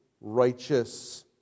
righteous